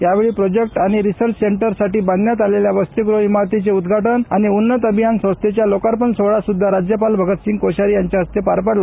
यावेळी प्रोजेक्ट आणि रिसर्च सेंटरसाठी बांधण्यात आलेल्या वस्तीगृह इमारतीचं उदघाटन आणि उन्नत अभियान संस्थेच्या लोकार्पण सोहळा सुदधा राज्यपाल भगतसिंग कोश्यारी यांच्या हस्ते पार पडला